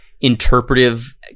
interpretive